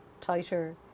tighter